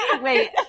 Wait